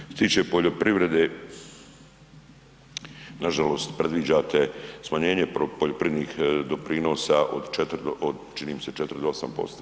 Što se tiče poljoprivrede, nažalost predviđate smanjenje poljoprivrednih doprinosa od 4, od činim mi se 4 do 8%